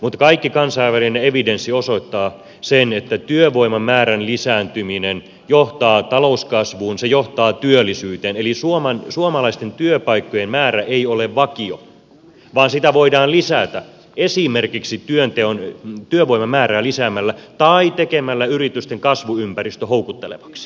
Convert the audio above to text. mutta kaikki kansainvälinen evidenssi osoittaa sen että työvoiman määrän lisääntyminen johtaa talouskasvuun se johtaa työllisyyteen eli suomalaisten työpaikkojen määrä ei ole vakio vaan sitä voidaan lisätä esimerkiksi työvoiman määrää lisäämällä tai tekemällä yritysten kasvuympäristö houkuttelevaksi